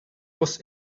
was